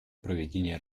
проведении